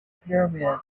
pyramids